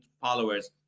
followers